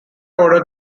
ordered